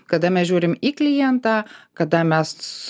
kada mes žiūrim į klientą kada mes